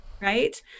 Right